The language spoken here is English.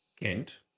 Kent